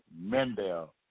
Mendel